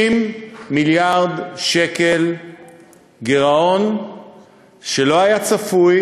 50 מיליארד שקל גירעון שלא היה צפוי,